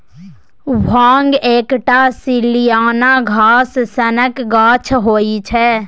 भांग एकटा सलियाना घास सनक गाछ होइ छै